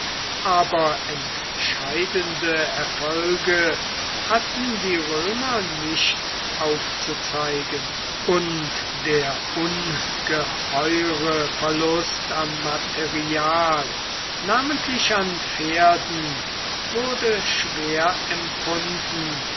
aber entscheidende erfolge hatten die römer nicht aufzuzeigen und der ungeheure verlust an material namentlich an pferden wurde schwer empfunden